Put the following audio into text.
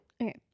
Okay